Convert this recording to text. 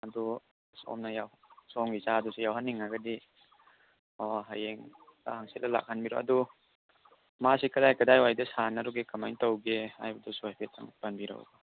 ꯑꯗꯣ ꯁꯣꯝꯅ ꯌꯥꯎ ꯁꯣꯡ ꯏꯆꯥꯗꯨꯁꯨ ꯌꯥꯎꯍꯟꯅꯤꯡꯉꯒꯗꯤ ꯑꯣ ꯍꯌꯦꯡꯂ ꯍꯪꯆꯤꯠꯂ ꯂꯥꯛꯍꯟꯕꯤꯔꯣ ꯑꯃ ꯁꯤꯠꯂꯒ ꯂꯥꯛꯍꯟꯕꯤꯔꯣ ꯑꯗꯨ ꯃꯥꯁꯤ ꯀꯗꯥꯏ ꯀꯗꯥꯏꯋꯥꯏꯗ ꯁꯥꯟꯅꯔꯨꯒꯦ ꯀꯃꯥꯏꯅ ꯇꯧꯒꯦ ꯍꯥꯏꯕꯗꯨꯁꯨ ꯍꯥꯏꯐꯦꯠꯇꯪ ꯄꯟꯕꯤꯔꯛꯎ